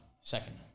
Second